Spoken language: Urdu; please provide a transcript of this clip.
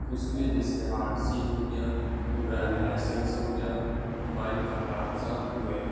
اس میں جیسے آر سی ہو گیا ڈرائیونگ لائسینس ہو گیا بائیک کا کاغذات ہو گئے